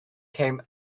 came